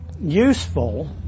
useful